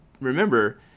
Remember